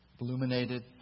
Illuminated